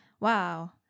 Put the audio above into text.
Wow